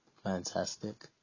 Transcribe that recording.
Fantastic